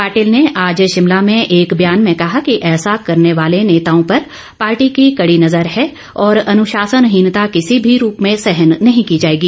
पाटिल ने आज शिमला में एक व्यान मे ंकहा कि ऐसा करने वाले नेताओं पर पार्टी की कडी नजर है और अनुशासनहीनता किसी भी रूप में सहन नहीं की जाएगी